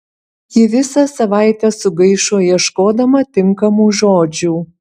ji visą savaitę sugaišo ieškodama tinkamų žodžių